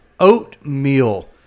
Oatmeal